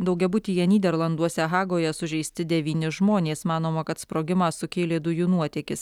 daugiabutyje nyderlanduose hagoje sužeisti devyni žmonės manoma kad sprogimą sukėlė dujų nuotėkis